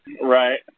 Right